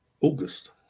August